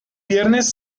viernes